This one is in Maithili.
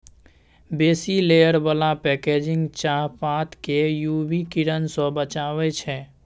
बेसी लेयर बला पैकेजिंग चाहपात केँ यु वी किरण सँ बचाबै छै